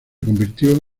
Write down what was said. convirtió